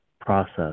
process